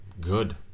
good